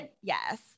yes